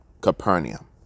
capernaum